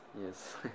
Yes